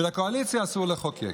ולקואליציה אסור לחוקק.